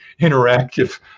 interactive